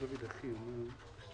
האחרון בסדר היום: